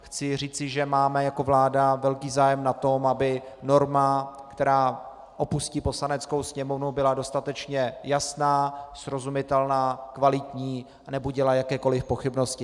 Chci říci, že máme jako vláda velký zájem na tom, aby norma, která opustí Poslaneckou sněmovnu, byla dostatečně jasná, srozumitelná, kvalitní a nebudila jakékoliv pochybnosti.